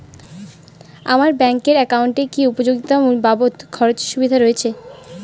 আমার ব্যাংক এর একাউন্টে কি উপযোগিতা বাবদ খরচের সুবিধা রয়েছে?